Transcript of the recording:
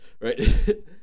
right